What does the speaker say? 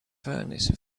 furnace